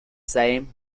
same